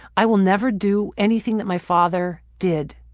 i will never do anything that my father did.